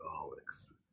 alcoholics